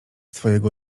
twojego